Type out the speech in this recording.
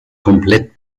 komplett